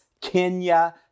Kenya